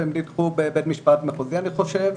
והם נדחו בבית המשפט המחוזי אני חושב,